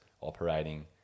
operating